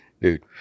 dude